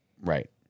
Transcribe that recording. Right